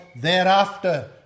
thereafter